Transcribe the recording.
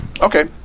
Okay